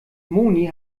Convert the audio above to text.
moni